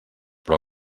però